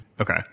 okay